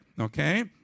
okay